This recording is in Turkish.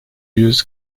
yüz